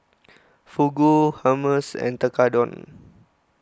Fugu Hummus and Tekkadon